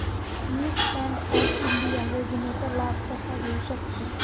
मी stand up India योजनेचा लाभ कसा घेऊ शकते